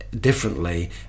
differently